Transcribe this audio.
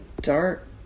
dark